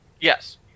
Yes